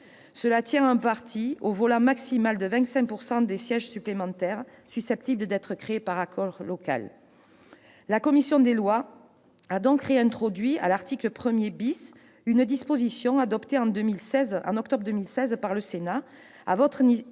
Cela tient en partie au volant maximal de 25 % de sièges supplémentaires susceptibles d'être créés par accord local. La commission des lois a donc réintroduit, à l'article 1 , une disposition adoptée en octobre 2016 par le Sénat, sur votre